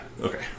Okay